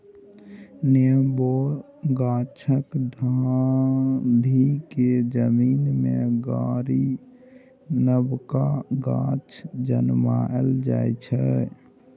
नेबो गाछक डांढ़ि केँ जमीन मे गारि नबका गाछ जनमाएल जाइ छै